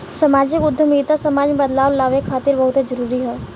सामाजिक उद्यमिता समाज में बदलाव लावे खातिर बहुते जरूरी ह